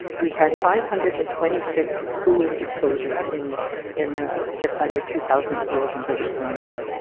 we had five hundred and twenty six school exposures in in ah just under two thousand schools in british columbia.